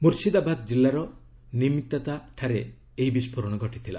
ମୁର୍ଶିଦାବାଦ କିଲ୍ଲାର ନିମ୍ତିତାଠାରେ ଏହି ବିସ୍କୋରଣ ଘଟିଥିଲା